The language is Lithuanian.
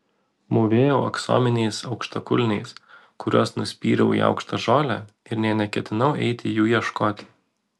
mūvėjau aksominiais aukštakulniais kuriuos nuspyriau į aukštą žolę ir nė neketinau eiti jų ieškoti